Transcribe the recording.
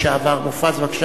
בבקשה, ראש האופוזיציה.